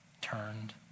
turned